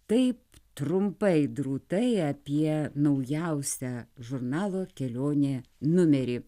taip trumpai drūtai apie naujausią žurnalo kelionė numerį